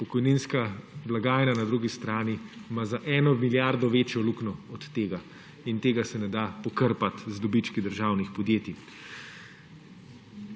pokojninska blagajna na drugi strani ima za eno milijardo večjo luknjo od tega in tega se ne da pokrpati z dobički državnih podjetij.